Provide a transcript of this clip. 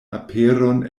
aperon